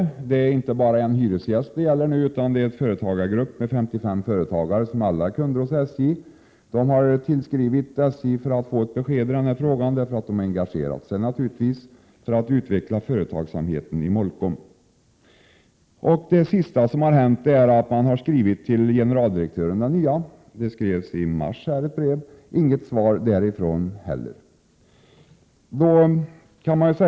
Det gäller nu inte bara en hyresgäst, utan även en företagargrupp med 55 företagare, som alla är kunder hos SJ. De har tillskrivit SJ för att få ett besked, därför att de har engagerat sig för att utveckla företagsamheten i Molkom. Det som har hänt senast är att de i maj har skrivit till den nye generaldirektören, men inget svar har kommit därifrån heller.